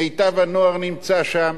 מיטב הנוער נמצא שם,